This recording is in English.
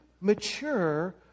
mature